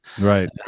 Right